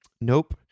nope